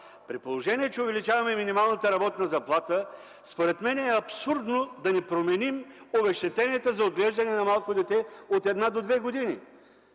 при положение, че увеличаваме минималната работна заплата, според мен, е абсурдно да не променим обезщетенията за отглеждане на малко дете от 1 до 2 години.